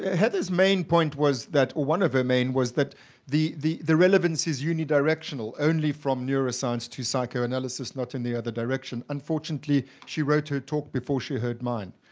heather's main point was that or one of her main was that the the the relevance is unidirectional, only from neuroscience to psychoanalysis, not in the other direction. unfortunately she wrote her talk before she heard mine.